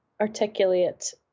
articulate